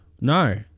No